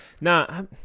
now